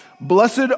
Blessed